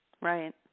Right